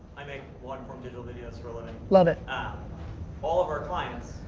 i make like digital videos for a living. love it. ah all of our clients,